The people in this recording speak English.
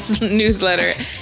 newsletter